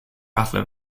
battle